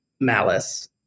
Malice